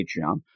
Patreon